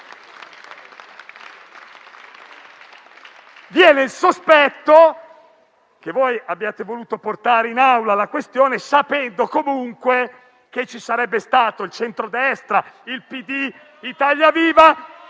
Viene il sospetto che voi abbiate voluto portare in Aula la questione sapendo che, comunque, ci sarebbero stati il centrodestra, il Partito